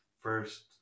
first